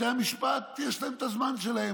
ולבתי המשפט יש את הזמן שלהם.